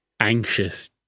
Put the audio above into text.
anxious